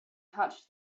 touched